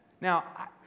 Now